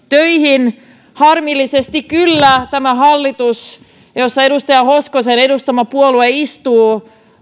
töihin harmillisesti kyllä tämä hallitus jossa edustaja hoskosen edustama puolue istuu